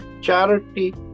charity